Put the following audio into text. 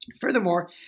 Furthermore